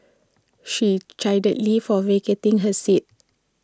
she chided lee for vacating her seat